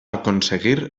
aconseguir